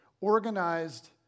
organized